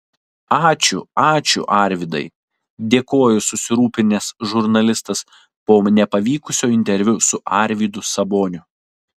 ačiū ačiū arvydai dėkojo susirūpinęs žurnalistas po nepavykusio interviu su arvydu saboniu